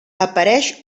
apareix